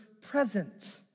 present